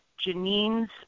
janine's